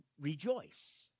rejoice